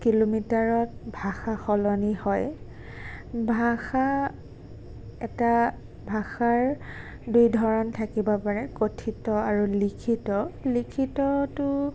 কিলোমিটাৰত ভাষা সলনি হয় ভাষা এটা ভাষাৰ দুই ধৰণ থাকিব পাৰে কথিত আৰু লিখিত লিখিতটো